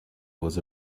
was